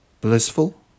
blissful